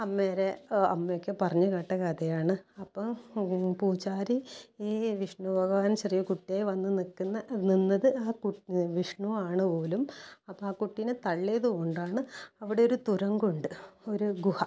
അമ്മേരെ അമ്മയൊക്കെ പറഞ്ഞു കേട്ട കഥയാണ് അപ്പോൾ പൂജാരി ഈ വിഷ്ണു ഭഗവാൻ ചെറിയ കുട്ടിയായി വന്ന് നിൽക്കുന്ന നിന്നത് കു വിഷ്ണുവാണ് പോലും അപ്പം ആ കുട്ടിനെ തള്ളിയത് കൊണ്ടാണ് അവിടെയൊരു തുരങ്കമുണ്ട് ഒരു ഗുഹ